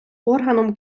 органом